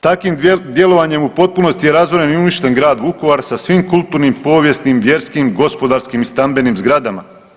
Takvim djelovanjem u potpunosti je razoren i uništen grad Vukovar sa svim kulturnim, povijesnim, vjerskim, gospodarskim i stambenim zgradama.